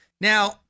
Now